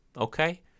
Okay